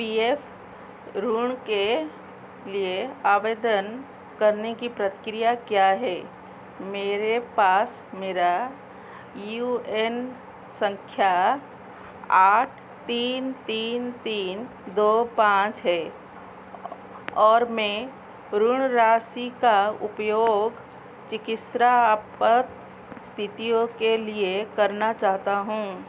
P F ऋण के लिए आवेदन करने की प्रक्रिया क्या है मेरे पास मेरा यू एन संख्या आठ तीन तीन तीन दो पाँच है और मैं ऋण राशि का उपयोग चिकित्सा आपात स्तितियों के लिए करना चाहता हूँ